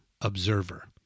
observer